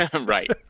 Right